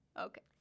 Okay